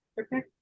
Okay